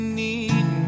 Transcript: need